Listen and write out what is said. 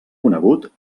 conegut